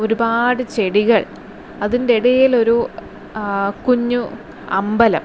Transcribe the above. ഒരുപാട് ചെടികൾ അതിന്റെ ഇടയിൽ ഒരു കുഞ്ഞു അമ്പലം